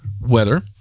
weather